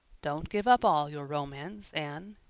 don't give up all your romance, anne,